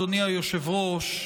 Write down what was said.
אדוני היושב-ראש,